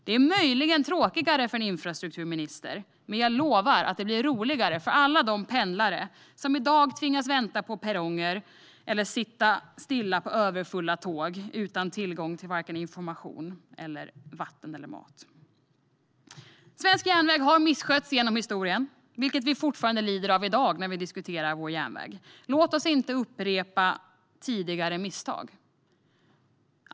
Det är möjligen tråkigare för en infrastrukturminister, men jag lovar att det blir roligare för alla de pendlare som i dag tvingas vänta på perronger eller sitta stilla på överfulla tåg utan tillgång till vare sig information, vatten eller mat. Svensk järnväg har misskötts genom historien, vilket vi fortfarande lider av i dag. Låt oss inte upprepa tidigare misstag!